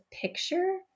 picture